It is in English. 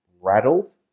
rattled